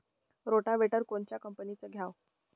Rotavator कोनच्या कंपनीचं घ्यावं?